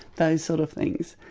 those sort of things.